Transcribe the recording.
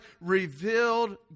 revealed